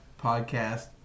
podcast